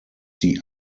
die